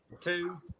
two